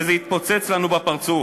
וזה יתפוצץ לנו בפרצוף.